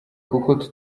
kuko